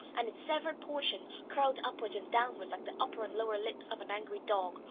and its severed portion curled upwards and downwards like the upper and lower lips of an angry dog,